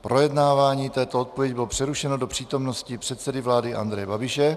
Projednávání této odpovědi bylo přerušeno do přítomnosti předsedy vlády Andreje Babiše.